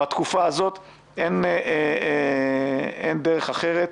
בתקופה הזאת אין דרך אחרת.